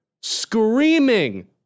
screaming